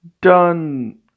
done